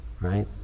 right